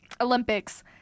Olympics